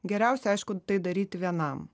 geriausia aišku tai daryti vienam